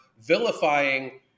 vilifying